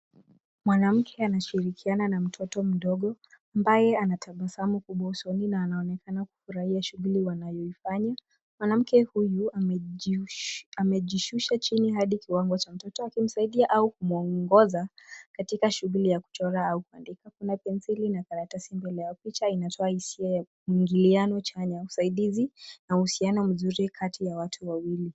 Mwanamke anashirikiana na mtoto mdogo ambaye anatabasamu kubwa usoni na anaonekana kufurahia shughuli wanayoifanya. Mwanamke huyu amejishusha chini hadi kiwango cha mtoto akimsaidia au kumuongoza katika shughuli ya kuchora au kuandika. Kuna penseli na karatasi mbele yao picha inatoa hisia ya mwingiliano chanya, usaidizi na uhusiano mzuri kati ya watu wawili.